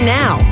now